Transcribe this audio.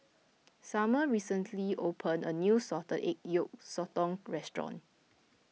Sumner recently opened a new Salted Egg Yolk Sotong restaurant